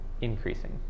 increasing